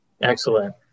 Excellent